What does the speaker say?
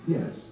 Yes